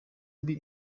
mbi